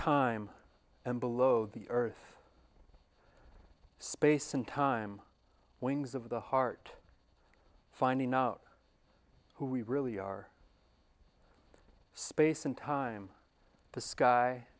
time and below the earth space and time wings of the heart finding out who we really are space and time th